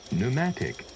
Pneumatic